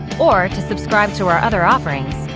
or to subscribe to our other offerings,